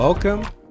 Welcome